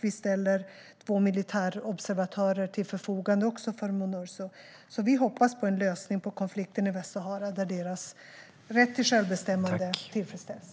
Vi ställer också två militärobservatörer till förfogande för Minurso. Vi hoppas på en lösning på konflikten i Västsahara där det västsahariska folkets rätt till självbestämmande tillfredsställs.